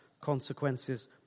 consequences